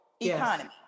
economy